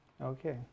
Okay